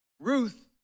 Ruth